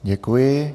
Děkuji.